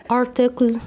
article